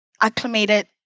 acclimated